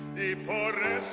the moderate